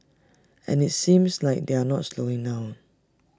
and IT seems like they're not slowing down